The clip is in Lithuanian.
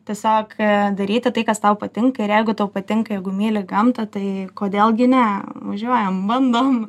tiesiog daryti tai kas tau patinka ir jeigu tau patinka jeigu myli gamtą tai kodėl gi ne važiuojam bandom